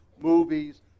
movies